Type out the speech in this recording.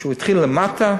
הוא התחיל למטה,